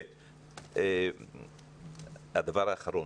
הדבר האחרון.